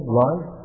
life